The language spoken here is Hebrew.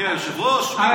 מי, היושב-ראש?